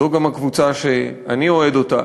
זו גם הקבוצה שאני אוהד אותה,